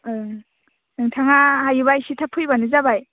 नोंथाङा हायोबा इसे थाब फैबानो जाबाय